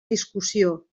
discussió